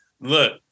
Look